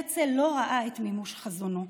הרצל לא ראה את מימוש חזונו.